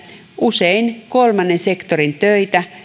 usein kolmannen sektorin töitä